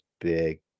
big